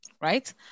right